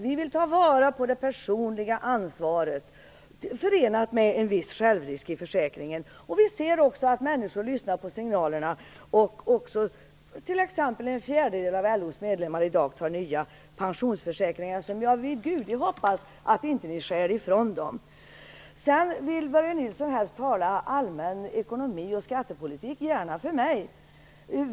Vi vill ta vara på det personliga ansvaret detta förenat med en viss självrisk i försäkringen. Vi märker att människor lyssnar på signaler. T.ex. en fjärdedel av LO:s medlemmar tecknar i dag nya pensionsförsäkringar, som jag vid Gud hoppas att ni inte stjäl från dem. Börje Nilsson vill tala allmänt om ekonomi och skattepolitik. Gärna för mig!